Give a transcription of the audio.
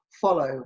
follow